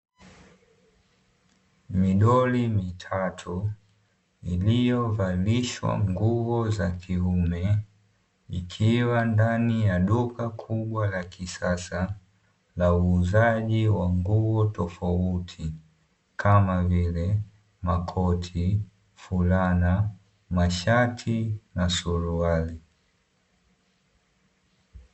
Midoli mitatu iliyovalishwa nguo za kiume, ikiwa ndani ya duka kubwa la kisasa la uuzaji wa nguo tofauti kama vile makoti, fulana, mashati na suruali.